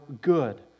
good